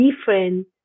different